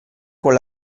con